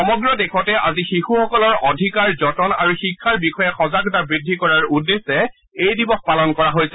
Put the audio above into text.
সমগ্ৰ দেশতে আজি শিশুসকলৰ অধিকাৰ যতন আৰু শিক্ষাৰ বিষয়ে সজাগতা বৃদ্ধি কৰাৰ উদ্দেশ্যে এই দিৱস পালন কৰা হৈছে